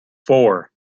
four